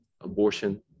abortion